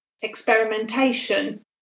experimentation